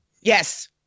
yes